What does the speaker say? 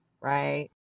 right